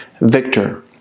Victor